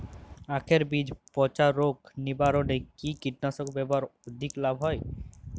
আঁখের বীজ পচা রোগ নিবারণে কি কীটনাশক ব্যবহারে অধিক লাভ হয়?